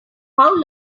how